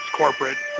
corporate